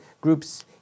groups